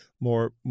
more